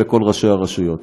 לכל ראשי הרשויות: